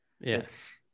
Yes